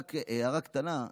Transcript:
רק הערה קטנה.